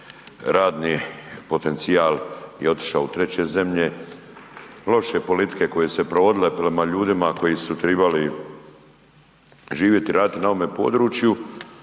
radni potencijal je otišao u treće zemlje, loše politike koje su se provodile prema ljudima koji su tribali živjeti i raditi na ovome području